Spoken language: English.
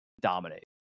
dominate